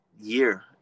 year